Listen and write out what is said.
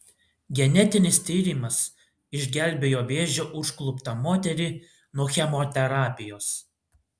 genetinis tyrimas išgelbėjo vėžio užkluptą moterį nuo chemoterapijos